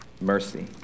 mercy